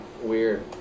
weird